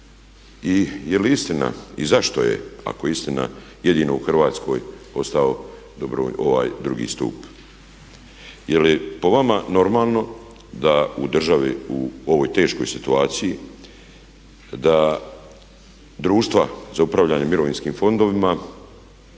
I je li istina i zašto je ako je istina jedio u Hrvatskoj ostao dobrovoljni, ovaj 2. stup? Je li po vama normalno da u državi u ovoj teškoj situaciji da društva za upravljanje mirovinskim fondovima